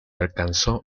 alcanzó